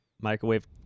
microwave